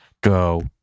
go